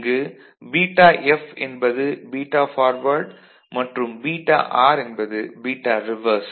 இங்கு βF என்பது beta forward மற்றும் βR என்பது பீட்டா ரிவர்ஸ்